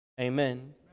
Amen